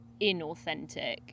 inauthentic